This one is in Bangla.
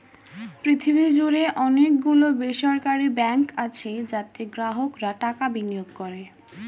পৃথিবী জুড়ে অনেক গুলো বেসরকারি ব্যাঙ্ক আছে যাতে গ্রাহকরা টাকা বিনিয়োগ করে